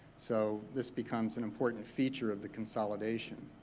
so this becomes an important feature of the consolidation.